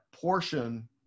portion